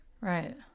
Right